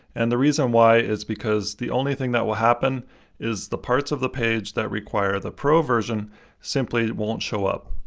and the reason why is because the only thing that will happen is the parts of the page that require the pro version simply won't show up.